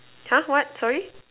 !huh! what sorry